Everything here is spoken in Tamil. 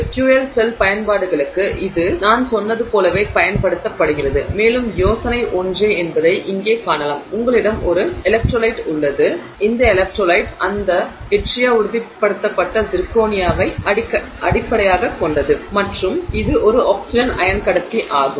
ஃபியூயல் செல் பயன்பாடுகளுக்கு இது நான் சொன்னது போலவே பயன்படுத்தப்படுகிறது மேலும் யோசனை ஒன்றே என்பதை இங்கே காணலாம் உங்களிடம் ஒரு எலக்ட்ரோலைட் உள்ளது இந்த எலக்ட்ரோலைட் இந்த யட்ரியா உறுதிப்படுத்தப்பட்ட சிர்கோனியாவை அடிப்படையாகக் கொண்டது மற்றும் இது ஒரு ஆக்ஸிஜன் அயன் கடத்தி ஆகும்